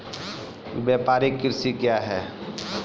व्यापारिक कृषि क्या हैं?